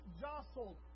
jostled